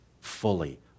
fully